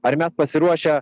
ar mes pasiruošę